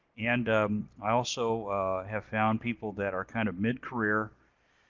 and i also have found people that are kind of mid-career